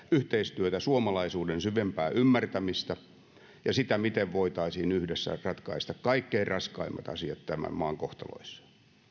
yhteistyötä suomalaisuuden syvempää ymmärtämistä ja sitä miten voitaisiin yhdessä ratkaista kaikkein raskaimmat asiat tämän maan kohtaloissa